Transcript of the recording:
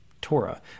Torah